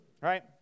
right